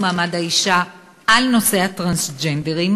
מעמד האישה על נושא הטרנסג'נדרים,